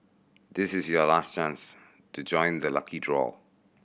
this is your last chance to join the lucky draw